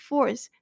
Force